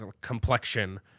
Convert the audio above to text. complexion